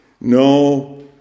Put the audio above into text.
No